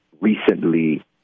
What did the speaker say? recently